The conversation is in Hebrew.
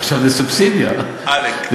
עלק.